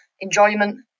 enjoyment